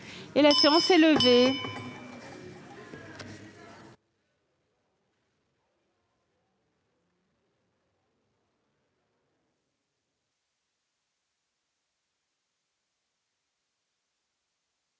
... La séance est levée.